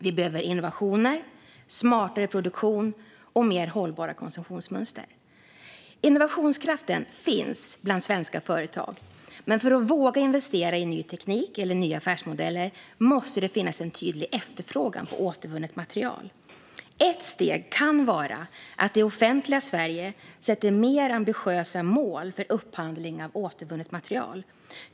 Vi behöver innovationer, smartare produktion och mer hållbara konsumtionsmönster. Innovationskraften finns bland svenska företag, men för att man ska våga investera i ny teknik eller nya affärsmodeller måste det finnas en tydlig efterfrågan på återvunnet material. Ett steg kan vara att det offentliga Sverige sätter mer ambitiösa mål för upphandling av återvunnet material.